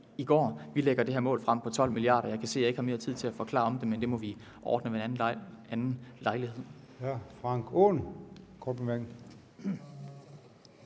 i går. Vi lægger det her mål på 12 mia. kr. frem. Jeg kan se, at jeg ikke har mere tid til at forklare om det, men det må vi ordne ved en anden lejlighed.